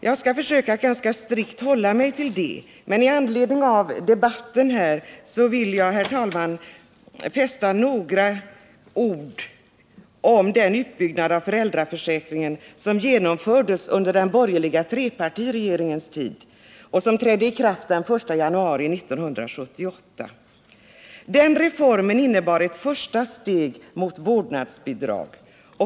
Jag skall försöka att ganska strikt hålla mig till det, men i anledning av debatten här vill jag, herr talman, säga några ord om den utbyggnad av föräldraförsäkringen som genomfördes under den borgerliga trepartiregeringens tid och som trädde i kraft den 1 januari 1978. Den reformen innebar ett första steg mot vårdnadsbidrag.